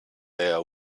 their